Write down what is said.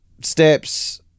steps